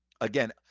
Again